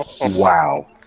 Wow